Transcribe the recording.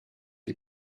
les